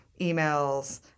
emails